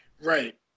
Right